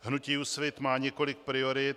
Hnutí Úsvit má několik priorit.